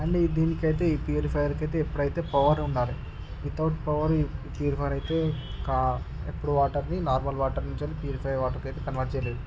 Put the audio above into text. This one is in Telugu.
అండ్ దీనికైతే ఈ ప్యూరిఫయర్కైతే ఎప్పుడైతే పవర్ ఉండాలి విత్ అవుట్ పవర్ ఈ ప్యూరిఫయర్ అయితే కా ఎప్పుడు వాటర్ని నార్మల్ వాటర్ ఉంచాలి ప్యూరిఫై వాటర్కైతే కన్వెర్ట్ చేయలేదు